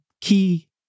key